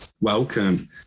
welcome